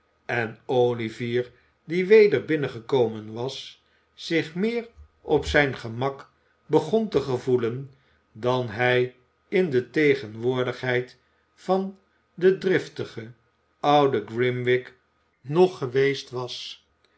en olivier die weder binnengekomen was zich meer op zijn gemak begon te gevoelen dan hij in de tegenwoordigheid van den driftigeiï ouden grimwig nog geweest was